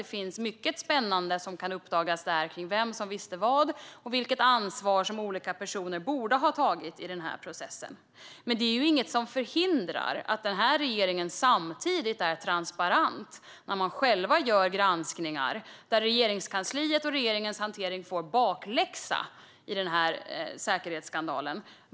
Det finns mycket spännande som kan uppdagas om vem som visste vad och vilket ansvar som olika personer borde ha tagit i processen. Men det är inget som förhindrar att den här regeringen samtidigt är transparent när man själv gör en granskning. Regeringskansliets och regeringens hantering får bakläxa i säkerhetsskandalen.